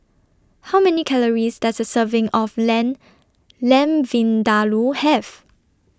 How Many Calories Does A Serving of Lamb Lamb Vindaloo Have